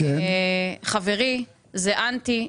חברי זה אנטי,